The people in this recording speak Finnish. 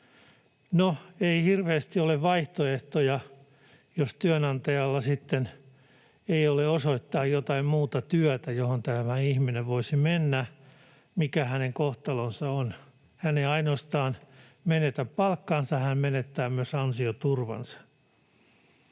No, ei hirveästi ole vaihtoehtoja, jos työnantajalla ei sitten ole osoittaa jotain muuta työtä, johon tämä ihminen voisi mennä, siinä, mikä hänen kohtalonsa on. Hän ei ainoastaan menetä palkkaansa, hän menettää myös ansioturvansa.